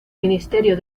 ministerio